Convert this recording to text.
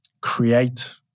create